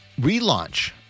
relaunch